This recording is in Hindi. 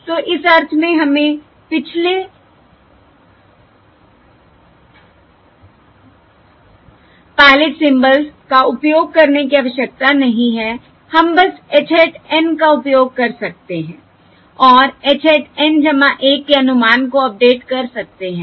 तो इस अर्थ में हमें पिछले पायलट सिंबल्स का उपयोग करने की आवश्यकता नहीं है हम बस h hat N का उपयोग कर सकते हैं और h hat N 1 के अनुमान को अपडेट कर सकते हैं